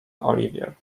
oliver